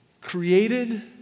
created